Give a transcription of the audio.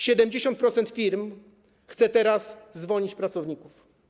70% firm chce teraz zwolnić pracowników.